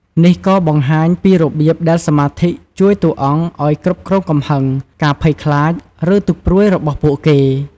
នេះក៏បង្ហាញពីរបៀបដែលសមាធិជួយតួអង្គឱ្យគ្រប់គ្រងកំហឹង ការភ័យខ្លាច ឬទុក្ខព្រួយរបស់ពួកគេ។